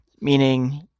meaning